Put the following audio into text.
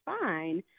fine